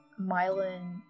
myelin